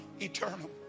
eternal